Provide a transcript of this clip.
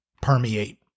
permeate